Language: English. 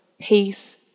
peace